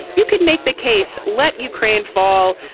you can make the case. let ukraine fall.